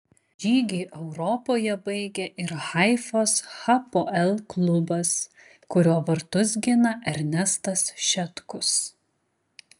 žygį europoje baigė ir haifos hapoel klubas kurio vartus gina ernestas šetkus